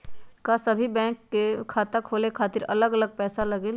का सभी बैंक में खाता खोले खातीर अलग अलग पैसा लगेलि?